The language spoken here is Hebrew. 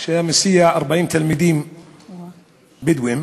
כשהסיע 40 תלמידים בדואים,